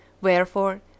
Wherefore